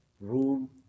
room